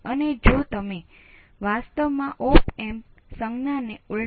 તેથી અહી આપણે એક અલગ અભિગમ અજમાવવો પડશે